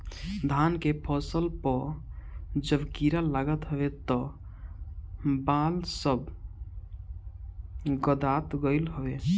धान के फसल पअ जब कीड़ा लागत हवे तअ बाल सब गदात नाइ हवे